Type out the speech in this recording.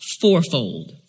fourfold